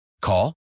Call